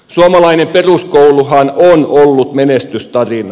suomalainen peruskouluhan on ollut menestystarina